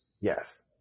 Yes